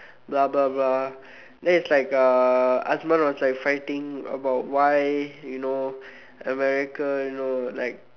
blah blah blah then it's like uh Asman was like fighting about why you know America you know like